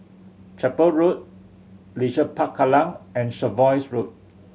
Chapel Road Leisure Park Kallang and Jervois Road